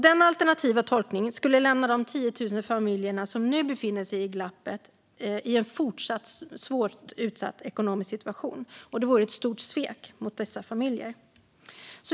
Denna alternativa tolkning skulle lämna de 10 000 familjer som nu befinner sig i glappet i en fortsatt utsatt ekonomisk situation. Det vore ett stort svek mot dessa familjer.